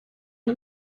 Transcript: dem